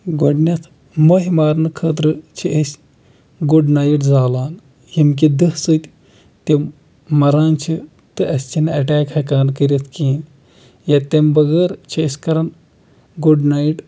گۄڈٕنٮ۪تھ مٔہۍ مارنہٕ خٲطرٕ چھِ أسۍ گُڈ نایِٹ زالان ییٚمہِ کہِ دٔہ سۭتۍ تِم مَران چھِ تہٕ اَسہِ چھِنہٕ اٮ۪ٹٮ۪ک ہٮ۪کان کٔرِتھ کِہیٖنۍ یا تمہِ بغٲر چھِ أسۍ کَران گُڈ نایِٹ